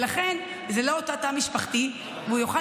ולכן זה לא אותו תא משפחתי והוא יוכל